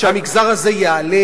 אם אתה חושב שהמגזר הזה ייעלם,